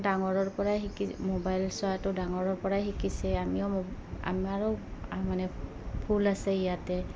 ডাঙৰৰ পৰাই শিকি মোবাইল চোৱাটো ডাঙৰৰ পৰাই শিকিছে আমিও ম আমাৰো আ মানে ভুল আছে ইয়াতে